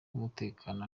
umutekano